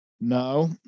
no